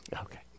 okay